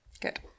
Good